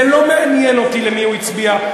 זה לא מעניין אותי למי הוא הצביע,